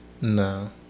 No